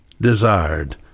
desired